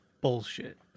bullshit